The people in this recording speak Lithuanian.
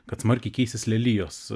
kad smarkiai keisis lelijos